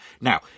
Now